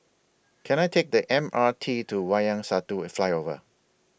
Can I Take The M R T to Wayang Satu Flyover